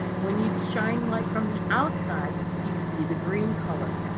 when you shine light from the outside, you see the green color.